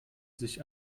sich